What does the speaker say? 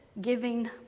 giving